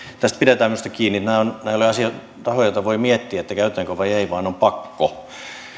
tästä pidetään visusti kiinni nämä eivät ole sellaisia rahoja että voi miettiä käytetäänkö vai ei vaan on pakko